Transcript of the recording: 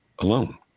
alone